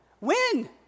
win